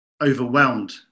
overwhelmed